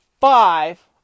five